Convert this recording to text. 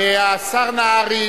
השר נהרי,